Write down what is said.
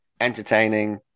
entertaining